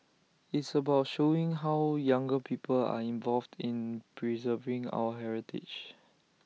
it's about showing how younger people are involved in preserving our heritage